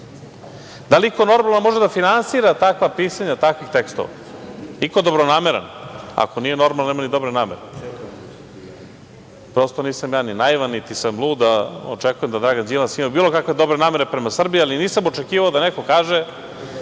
Da li iko normalan može da finansira pisanje takvih tekstova? Iko dobronameran? Ako nije normalan nema ni dobru nameru. Prosto, nisam ja ni naivan, niti sam lud da očekujem da Dragan Đilas ima bilo kakve dobre namere prema Srbiji, ali nisam očekivao da neko kaže